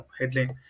headline